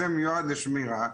זה מיועד לשמירה,